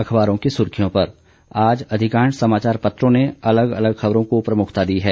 अखबारों की सुर्खियों पर आज अधिकांश समाचार पत्रों ने अलग अलग खबरों को प्रमुखता दी है